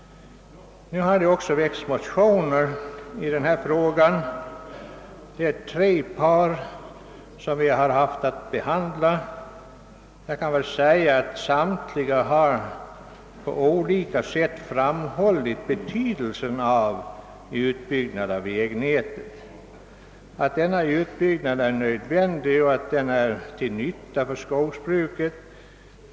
Utskottet har även haft att behandla tre motionspar i ärendet. Samtliga har på olika sätt framhållit betydelsen av en utbyggnad av vägnätet. Vi är alla ense om att denna utbyggnad är nödvändig och till nytta för skogsbruket.